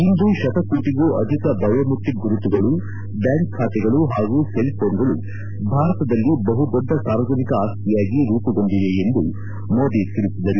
ಇಂದು ಶತಕೋಟಗೂ ಅಧಿಕ ಬಯೋಮೆಟ್ರಿಕ್ ಗುರುತುಗಳು ಬ್ಲಾಂಕ್ ಬಾತೆಗಳು ಹಾಗೂ ಸೆಲ್ ಫೋನ್ಗಳು ಭಾರತದಲ್ಲಿ ಬಹುದೊಡ್ಡ ಸಾರ್ವಜನಿಕ ಆಸ್ತಿಯಾಗಿ ರೂಪುಗೊಂಡಿದೆ ಎಂದು ಮೋದಿ ತಿಳಿಸಿದರು